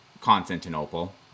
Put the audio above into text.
Constantinople